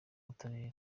butabera